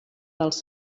dels